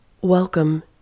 Welcome